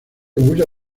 usa